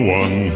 one